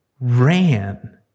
Ran